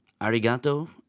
Arigato